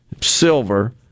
Silver